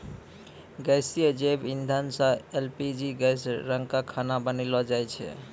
गैसीय जैव इंधन सँ एल.पी.जी गैस रंका खाना बनैलो जाय छै?